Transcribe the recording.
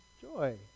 joy